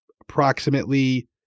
approximately